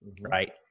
Right